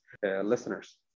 listeners